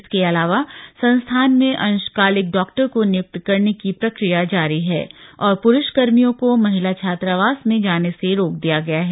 इसके अलावा संस्थान में अंशकालिक डॉक्टर को नियुक्त करने की प्रक्रिया जारी है और पुरुष कर्मियों को महिला छात्रावास में जाने से रोक दिया गया है